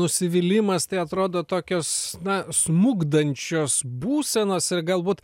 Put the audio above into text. nusivylimas tai atrodo tokios na smukdančios būsenos ir galbūt